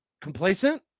complacent